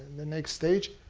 the next page.